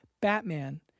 Batman